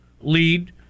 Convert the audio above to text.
lead